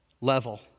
level